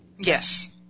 Yes